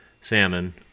salmon